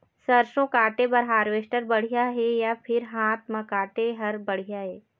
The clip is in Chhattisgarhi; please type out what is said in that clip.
सरसों काटे बर हारवेस्टर बढ़िया हे या फिर हाथ म काटे हर बढ़िया ये?